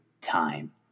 time